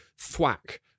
thwack